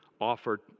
offered